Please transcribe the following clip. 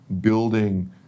building